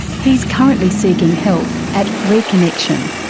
he is currently seeking help at reconnexion,